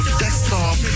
desktop